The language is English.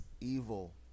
evil